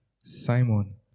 Simon